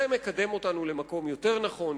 זה מקדם אותנו למקום יותר נכון,